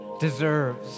deserves